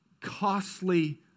costly